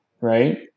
Right